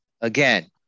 Again